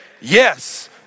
yes